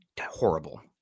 horrible